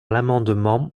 l’amendement